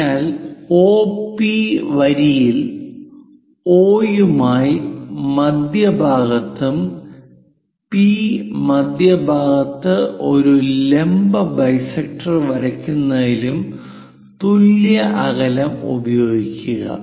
അതിനാൽ OP വരിയിൽ O യുമായി മധ്യഭാഗത്തും P മധ്യഭാഗത്ത് ഒരു ലംബ ബൈസെക്ടർ വരയ്ക്കുന്നതിലും തുല്യ അകലം ഉപയോഗിക്കുക